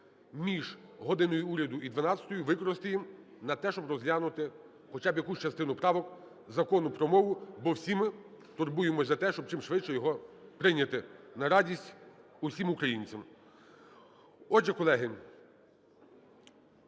між "годиною Уряду" і 12-ю, використаємо на те, щоб розглянути хоча б якусь частину правок Закону про мову, бо всі ми турбуємось за те, щоб чимшвидше його прийняти на радість усім українцям. Отже, колеги,